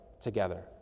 together